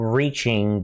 reaching